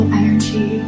energy